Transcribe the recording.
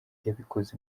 yabikoze